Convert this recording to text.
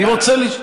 אני רוצה לשאול,